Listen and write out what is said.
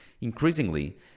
Increasingly